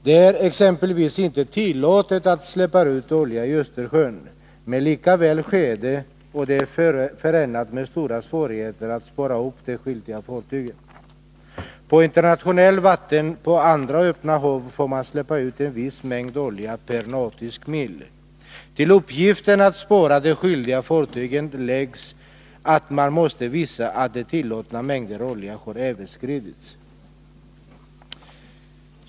Det är exempelvis inte tillåtet att släppa ut olja i Östersjön, men likväl sker det, och det är förenat med stora svårigheter att spåra upp de skyldiga fartygen. På internationellt vatten på andra öppna hav får man släppa ut en viss mängd olja per nautisk mil. Till uppgiften att spåra det skyldiga fartyget läggs då att man måste visa att den tillåtna mängden olja har överskridits.